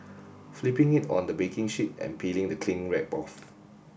flipping it on the baking sheet and peeling the cling wrap off